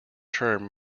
term